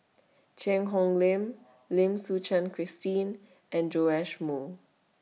Cheang Hong Lim Lim Suchen Christine and Joash Moo